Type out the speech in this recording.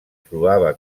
trobava